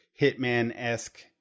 Hitman-esque